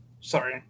sorry